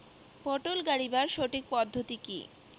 পটল গারিবার সঠিক পদ্ধতি কি?